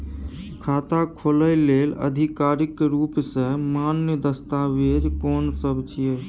खाता खोले लेल आधिकारिक रूप स मान्य दस्तावेज कोन सब छिए?